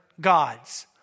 gods